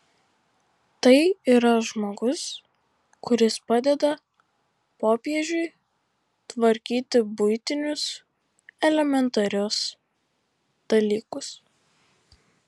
tai yra žmogus kuris padeda popiežiui tvarkyti buitinius elementarius dalykus